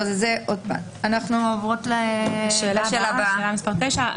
השאלה הבאה, 9,